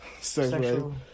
sexual